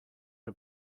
her